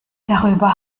darüber